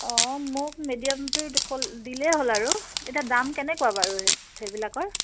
অঁ মোক মিডিয়ামটো ক' দিলেই হ'ল আৰু এতিয়া দাম কেনেকুৱা বাৰু সেইবিলাকৰ